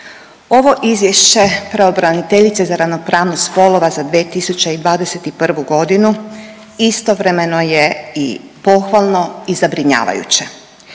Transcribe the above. Ovo izvješće pravobraniteljice za ravnopravnost spolova za 2021.g. istovremeno je i pohvalno i zabrinjavajuće.